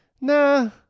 nah